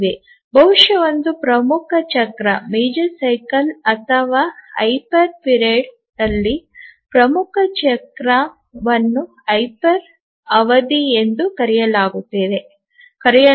ಬಹುಶಃ ಒಂದು ಪ್ರಮುಖ ಚಕ್ರ ಅಥವಾ ಹೈಪರ್ ಅವಧಿಯಲ್ಲಿ ಪ್ರಮುಖ ಚಕ್ರವನ್ನು ಹೈಪರ್ ಅವಧಿ ಎಂದೂ ಕರೆಯಲಾಗುತ್ತದೆ